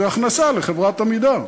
זו הכנסה לחברת "עמידר".